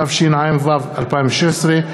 התשע"ו 2016,